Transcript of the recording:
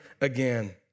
again